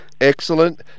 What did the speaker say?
Excellent